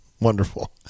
Wonderful